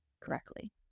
correctly